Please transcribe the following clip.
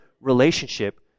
relationship